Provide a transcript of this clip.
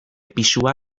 pisua